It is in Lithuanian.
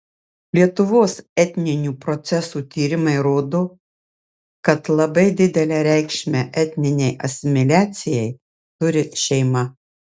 lietuvos etninių procesų tyrimai rodo kad labai didelę reikšmę etninei asimiliacijai turi šeima